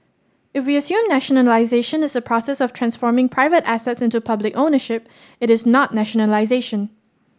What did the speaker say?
if we assume nationalisation as the process of transforming private assets into public ownership it is not nationalisation